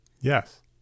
Yes